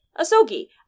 Asogi